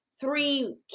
three